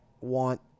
want